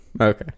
okay